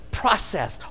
process